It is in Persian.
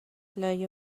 لای